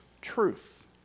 truth